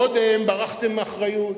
קודם ברחתם מאחריות.